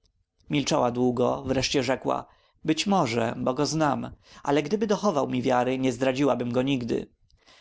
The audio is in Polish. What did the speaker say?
wątpliwości milczała długo wreszcie rzekła być może bo go znam ale gdyby dochował mi wiary nie zdradziłabym go nigdy